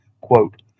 quote